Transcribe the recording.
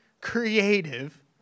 creative